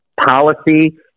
Policy